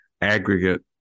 aggregate